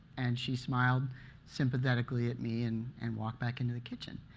and she smiled sympathetically at me and and walked back into the kitchen.